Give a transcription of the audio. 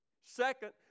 Second